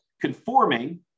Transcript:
conforming